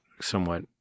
somewhat